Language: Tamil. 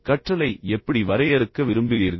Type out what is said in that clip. கற்றலை எப்படி வரையறுக்க விரும்புகிறீர்கள்